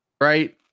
right